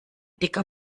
dicker